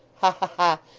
ha, ha, ha!